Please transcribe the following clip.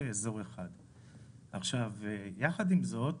אזור 1. יחד עם זאת,